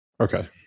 Okay